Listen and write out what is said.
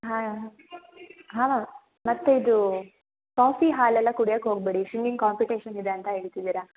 ಹಾಂ ಹಾಂ ಮ್ಯಾಮ್ ಮತ್ತು ಇದು ಕಾಫಿ ಹಾಲು ಎಲ್ಲ ಕುಡಿಯಕ್ಕೆ ಹೋಗಬೇಡಿ ಸಿಂಗಿಂಗ್ ಕಾಂಪಿಟೇಷನ್ ಇದೆ ಅಂತ ಹೇಳ್ತಿದ್ದೀರ